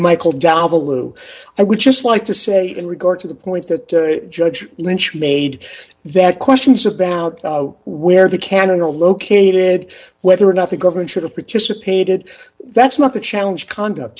lou i would just like to say in regard to the points that judge lynch made that questions about where the cannon are located whether or not the government should have participated that's not the challenge conduct